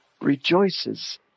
rejoices